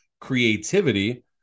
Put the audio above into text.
creativity –